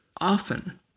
often